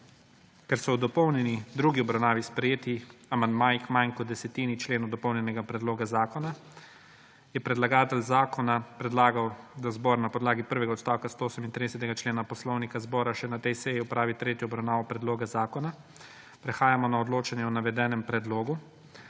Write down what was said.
Ker so v dopolnjeni drugi obravnavi sprejeti amandmaji k manj kot desetini členov dopolnjenega predloga zakona, je predlagatelj zakona predlagal, da zbor na podlagi prvega odstavka 138. člena Poslovnika Državnega zbora še na tej seji opravi tretjo obravnavo predloga zakona. Prehajamo na odločanje o navedenem predlogu.